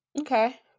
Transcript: Okay